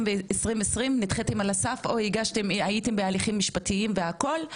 נדחיתם על הסף או הייתם בהליכים משפטיים והכל,